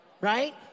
right